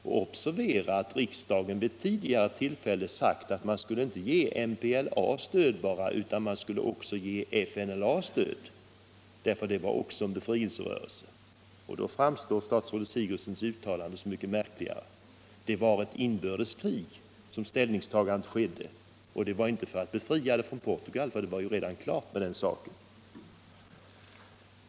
Och observera att riksdagen tidigare sagt att man inte skulle ge bara MPLA stöd utan man skulle ge även FNLA stöd, därför att det var också en befrielserörelse. Därför framstår statsrådet Sigurdsens uttalande som så mycket märkligare. Det var under inbördeskrig som ställningstagandet gjordes och det var inte för att befria Angola från Portugal, för den saken var redan klar.